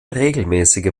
regelmäßige